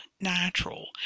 natural